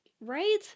Right